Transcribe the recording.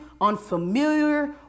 unfamiliar